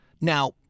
Now